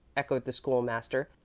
echoed the school-master.